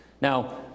Now